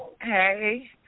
Hey